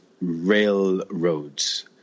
railroads